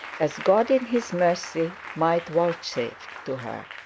as god in his mercy might vouchsafe to her.